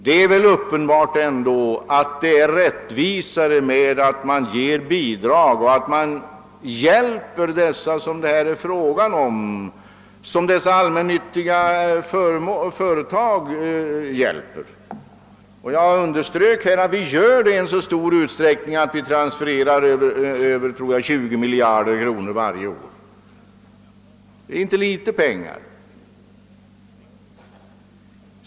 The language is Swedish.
Det är väl ändå uppenbart att det är mer rättvist att ge bidrag och därmed hjälpa dem som dessa allmännyttiga företag hjälper. Jag underströk att vi gör detta i så stor utsträckning att vi transfererar över 20 miljarder kronor varje år. Det är inte litet pengar!